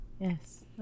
yes